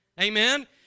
Amen